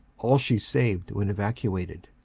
all she saved when evacuated.